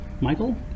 michael